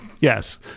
Yes